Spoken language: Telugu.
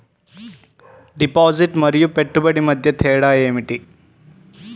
డిపాజిట్ మరియు పెట్టుబడి మధ్య తేడా ఏమిటి?